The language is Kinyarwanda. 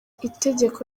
itegeko